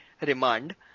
remand